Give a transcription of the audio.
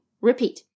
Repeat